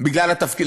בגלל התפקיד.